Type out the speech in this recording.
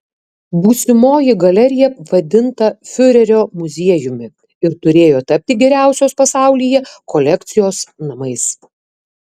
būsimoji galerija vadinta fiurerio muziejumi ir turėjo tapti geriausios pasaulyje kolekcijos namais